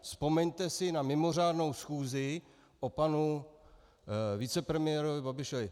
Vzpomeňte si na mimořádnou schůzi o panu vicepremiérovi Babišovi.